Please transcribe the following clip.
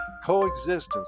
coexistence